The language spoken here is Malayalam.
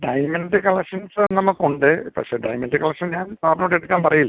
ഡയമണ്ട് കളക്ഷൻസ് നമുക്കുണ്ട് പക്ഷേ ഡയമണ്ട് കളക്ഷൻ ഞാൻ സാർനോട് എടുക്കാൻ പറയില്ല